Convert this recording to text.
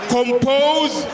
compose